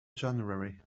january